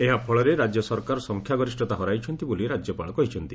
ଏହାଫଳରେ ରାଜ୍ୟ ସରକାର ସଂଖ୍ୟାଗରିଷତା ହରାଇଛନ୍ତି ବୋଲି ରାଜ୍ୟପାଳ କହିଛନ୍ତି